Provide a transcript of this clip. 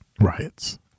Riots